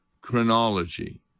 chronology